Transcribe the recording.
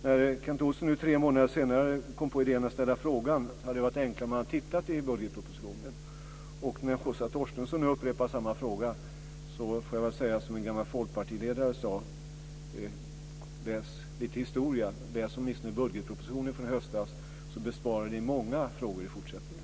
När Kent Olsson nu tre månader senare kom på idén att ställa frågan hade det varit enklare om han hade tittat i budgetpropositionen. När Åsa Torstensson nu upprepar samma fråga får jag säga som en gammal folkpartiledare sade: Läs lite historia. Läs åtminstone budgetpropositionen från i höstas så besparar ni er många frågor i fortsättningen.